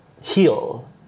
heal